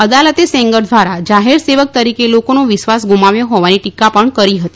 અદાલતે સેનગર દ્વારા જાહેર સેવક તરીકે લોકોનો વિશ્વાસ ગુમાવ્યો હોવાની ટીકા પણ કરી હતી